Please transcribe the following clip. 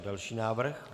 Další návrh.